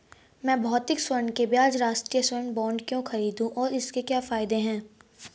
मैं भौतिक स्वर्ण के बजाय राष्ट्रिक स्वर्ण बॉन्ड क्यों खरीदूं और इसके क्या फायदे हैं?